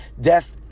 death